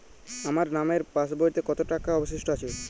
আমার নামের পাসবইতে কত টাকা অবশিষ্ট আছে?